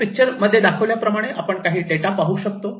वर पिक्चर मध्ये दाखविल्याप्रमाणे आपण काही डेटा पाहू शकतो